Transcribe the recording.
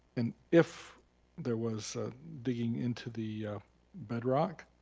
and if there was digging into the bedrock,